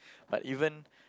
but even